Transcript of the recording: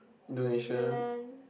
New-Zealand